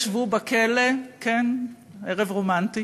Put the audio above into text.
שניהם ישבו בכלא, כן, ערב רומנטי